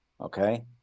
Okay